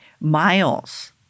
miles